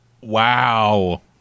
Wow